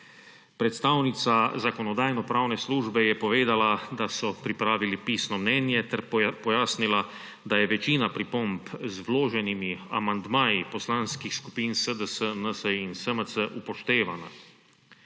Predstavnica Zakonodajno-pravne službe je povedala, da so pripravili pisno mnenje, ter pojasnila, da je večina pripomb z vloženimi amandmaji poslanskih skupin SDS, NSi in SMC upoštevanih.